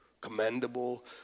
commendable